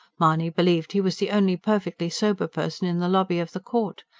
mahony believed he was the only perfectly sober person in the lobby of the court.